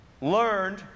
learned